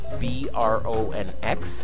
B-R-O-N-X